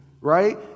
Right